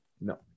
No